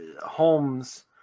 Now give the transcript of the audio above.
Holmes